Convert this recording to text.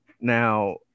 Now